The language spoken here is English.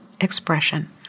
expression